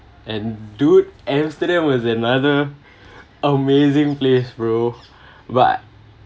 and dude amsterdam was another amazing place bro but